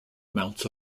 amounts